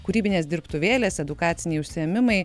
kūrybinės dirbtuvėlės edukaciniai užsiėmimai